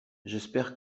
j’espère